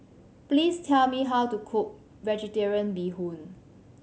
please tell me how to cook Vegetarian Bee Hoon